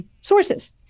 sources